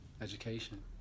education